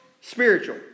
spiritual